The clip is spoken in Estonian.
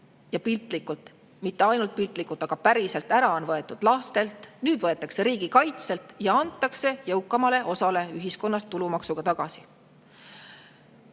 välja ja mitte ainult piltlikult, vaid päriselt on võetud [raha] ära lastelt, nüüd võetakse riigikaitselt ja antakse jõukamale osale ühiskonnast tulumaksuga tagasi.